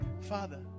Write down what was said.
Father